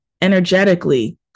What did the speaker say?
energetically